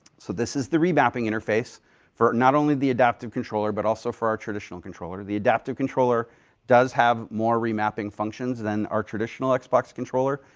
so this is the remapping interface for not only the adaptive controller but also our traditional controller. the adaptive controller does have more remapping functions than our traditional xbox controller,